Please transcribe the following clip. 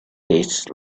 tastes